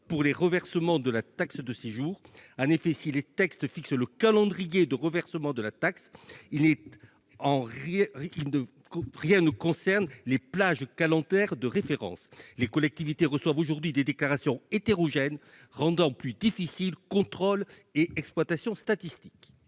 pour les reversement de la taxe de séjour en effet si les textes fixe le calendrier de reversement de la taxe, il n'est en rien il ne coupe rien ne concerne les plages de référence, les collectivités reçoivent aujourd'hui des déclarations hétérogène, rendant plus difficile : Contrôle et exploitation statistique.